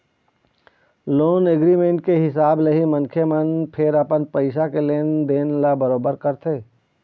loan agreement के हिसाब ले ही मनखे मन फेर अपन पइसा के लेन देन ल बरोबर करथे